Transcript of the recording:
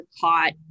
caught